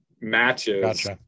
matches